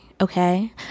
okay